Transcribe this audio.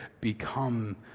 become